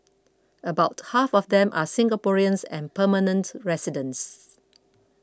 about half of them are Singaporeans and permanent residents